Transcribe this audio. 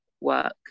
work